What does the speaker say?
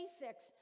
basics